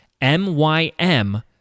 MYM